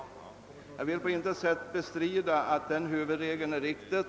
Jag vill på intet sätt bestrida att denna huvudregel är riktig.